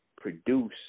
produce